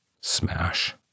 Smash